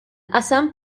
qasam